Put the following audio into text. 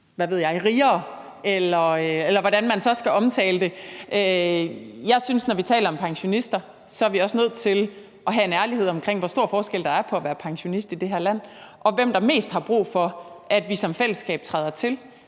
en, der er rigere, eller hvordan man så skal omtale det. Jeg synes, at når vi taler om pensionister, er vi nødt til at have en ærlighed omkring, hvor stor forskel der er på at være pensionist i det her land, og hvem der mest har brug for, at vi som fællesskab træder til.